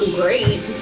great